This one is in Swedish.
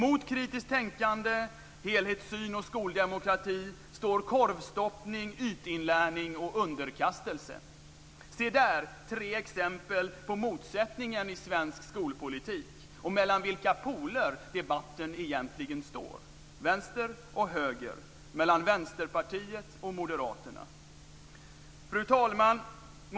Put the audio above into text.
Mot kritiskt tänkande, helhetssyn och skoldemokrati står korvstoppning, ytinlärning och underkastelse. Den står mellan vänster och höger, Vänsterpartiet och Moderaterna. Herr talman!